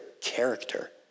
character